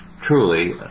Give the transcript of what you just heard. truly